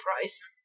price